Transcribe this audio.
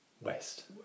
West